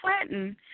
Clinton